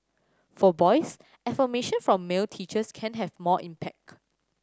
for boys affirmation from male teachers can have more impact